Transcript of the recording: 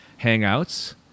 Hangouts